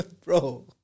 bro